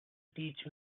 teach